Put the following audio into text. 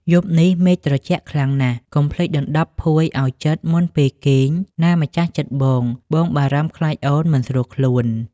យប់នេះមេឃត្រជាក់ខ្លាំងណាស់ កុំភ្លេចដណ្តប់ភួយឱ្យជិតមុនពេលគេងណាម្ចាស់ចិត្តបង បងបារម្ភខ្លាចអូនមិនស្រួលខ្លួន។